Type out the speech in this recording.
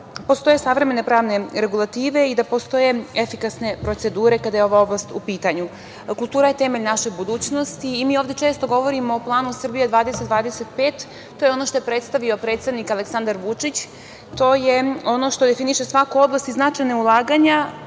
postoje savremene pravne regulative i da postoje efikasne procedure kada je ova oblast u pitanju. Kultura je temelj naše budućnosti i mi ovde često govorimo o planu „Srbija 2025“. To je ono što je predstavio predsednik Aleksandar Vučić. To je ono što definiše svaku oblast i značajna ulaganja,